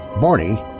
Barney